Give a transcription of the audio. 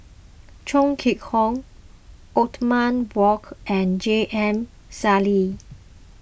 Chong Kee Hiong Othman Wok and J M Sali